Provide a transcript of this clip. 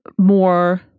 more